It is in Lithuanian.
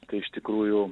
tai iš tikrųjų